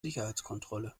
sicherheitskontrolle